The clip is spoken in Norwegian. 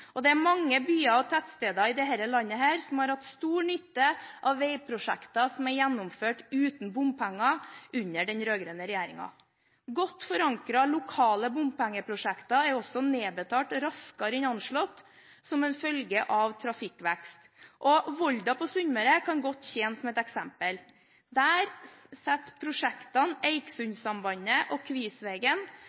Det er mange byer og tettsteder i dette landet som har hatt stor nytte av veiprosjekter som er gjennomført uten bompenger under den rød-grønne regjeringen. Godt forankrede lokale bompengeprosjekter er også nedbetalt raskere enn anslått, som en følge av trafikkvekst. Volda på Sunnmøre kan godt tjene som et eksempel. Der setter prosjektene Eiksundsambandet og